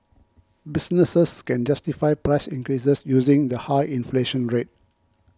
businesses can justify price increases using the high inflation rate